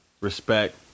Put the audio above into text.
respect